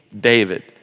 David